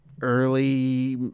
early